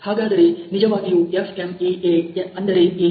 ಹಾಗಾದರೆ ನಿಜವಾಗಿಯೂ FMEA ಅಂದರೆ ಏನು